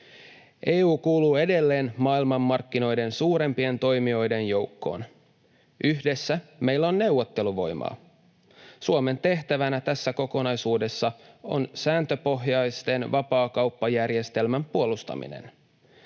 EU kuuluu edelleen maailmanmarkkinoiden suurimpien toimijoiden joukkoon. Yhdessä meillä on neuvotteluvoimaa. Suomen tehtävänä tässä kokonaisuudessa on sääntöpohjaisen vapaakauppajärjestelmän puolustaminen.